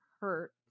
hurt